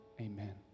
Amen